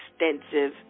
extensive